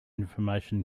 information